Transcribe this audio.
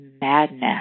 madness